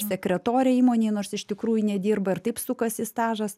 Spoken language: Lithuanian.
sekretore įmonėj nors iš tikrųjų nedirba ir taip sukasi stažas